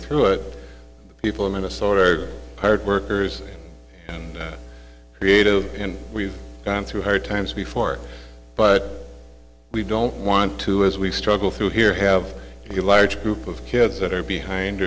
through it the people in minnesota are hard workers and creative and we've gone through hard times before but we don't want to as we struggle through here have you large group of kids that are behind